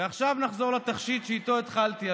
ועכשיו נחזור לתכשיט שאיתו התחלתי,